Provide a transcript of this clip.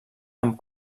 amb